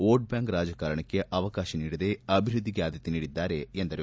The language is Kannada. ವೋಟ್ಬ್ಯಾಂಕ್ ರಾಜಕಾರಣಕ್ಕೆ ಅವಕಾಶ ನೀಡದೆ ಅಭಿವೃದ್ದಿಗೆ ಆದ್ದತೆ ನೀಡುತ್ತಿದ್ದಾರೆ ಎಂದರು